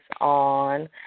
on